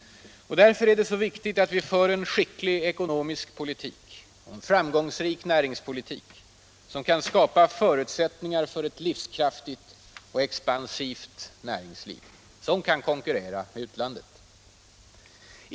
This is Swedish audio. Därför är det så viktigt, att vi för en skicklig ekonomisk politik och en framgångsrik näringspolitik, som kan skapa förutsättningarna för ett livskraftigt och expansivt näringsliv, som kan konkurrera med utlandet.